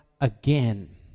again